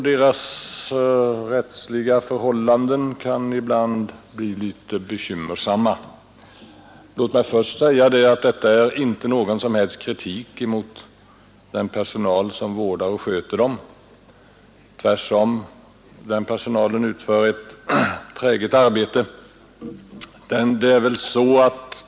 Deras rättsliga förhållanden kan ibland bli bekymmersamma. Låt mig först säga att detta inte är någon som helst kritik mot den personal som vårdar och sköter patienterna. Tvärtom utför den personalen ett träget arbete.